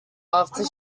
after